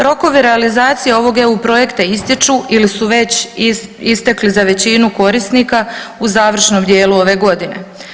Rokovi realizacije ovog EU projekta istječu ili su već istekli za većinu korisnika u završnom dijelu ove godine.